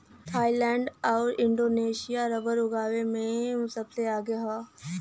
Thailand आउर Indonesia rubber उगावे में सबसे आगे हउवे